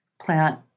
plant